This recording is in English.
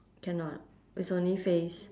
cannot it's only face